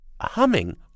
humming